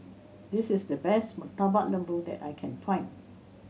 this is the best Murtabak Lembu that I can find